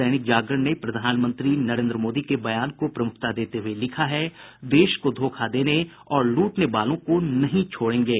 दैनिक जागरण ने प्रधानमंत्री नरेन्द्र मोदी के बयान को प्रमुखता देते हुये लिखा है देश को धोखा देने और लूटने वालों को नहीं छोड़ेंगे